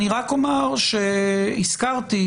הזכרתי,